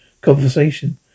conversation